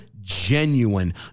genuine